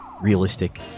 realistic